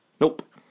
Nope